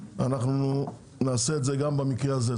אנחנו נעשה את זה גם במקרה הזה.